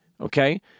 Okay